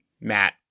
Matt